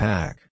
Pack